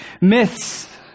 Myths